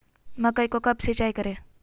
मकई को कब सिंचाई करे?